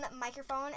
microphone